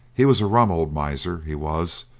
he was a rum old miser, he was,